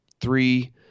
three –